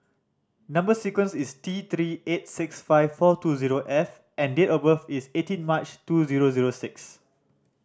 number sequence is T Three eight six five four two zero F and date of birth is eighteen March two zero zero six